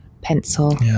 pencil